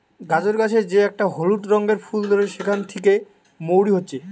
গাজর গাছের যে একটা হলুদ রঙের ফুল ধরে সেখান থিকে মৌরি হচ্ছে